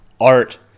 art